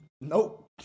nope